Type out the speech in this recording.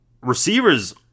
receivers